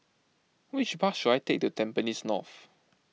which bus should I take to Tampines North